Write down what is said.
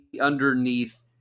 underneath